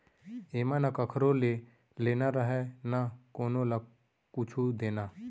एमा न कखरो ले लेना रहय न कोनो ल कुछु देना